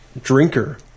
drinker